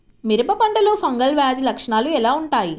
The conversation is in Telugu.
మిరప పంటలో ఫంగల్ వ్యాధి లక్షణాలు ఎలా వుంటాయి?